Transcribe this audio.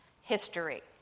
history